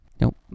Nope